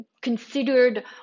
considered